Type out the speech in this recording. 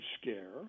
Scare